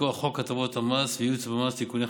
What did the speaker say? מכוח חוק הטבות המס וייעוץ במס (תיקוני חקיקה),